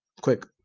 quick